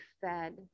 fed